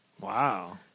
Wow